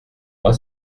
moi